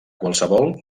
qualsevol